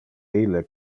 ille